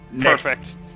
Perfect